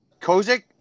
Kozik